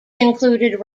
included